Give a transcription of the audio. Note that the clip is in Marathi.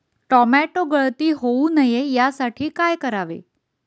टोमॅटो गळती होऊ नये यासाठी काय करावे?